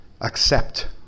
Accept